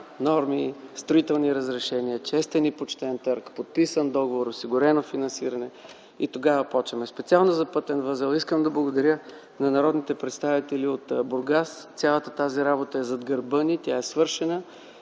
норми, строителни разрешения, честен и почтен търг, подписан договор, осигурено финансиране и тогава започваме. Специално за пътния възел искам да благодаря на народните представители от Бургас. Цялата тази работа е зад гърба ни, тя е свършена